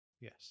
Yes